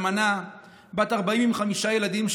אלמנה בת 40 עם חמישה ילדים,